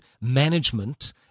management